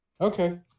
Okay